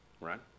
right